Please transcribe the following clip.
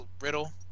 Riddle